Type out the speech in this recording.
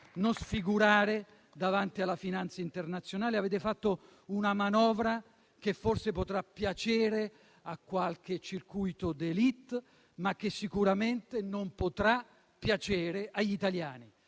non sfigurare davanti alla finanza internazionale: avete fatto una manovra che forse potrà piacere a qualche circuito d'*élite,* ma che sicuramente non potrà piacere agli italiani.